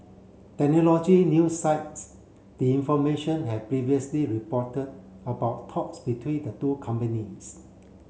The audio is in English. technology new sites the information had previously reported about talks between the two companies